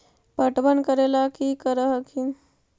पटबन करे ला की कर हखिन?